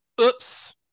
Oops